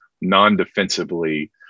non-defensively